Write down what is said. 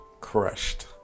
Crushed